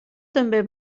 també